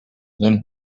than